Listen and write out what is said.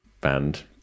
band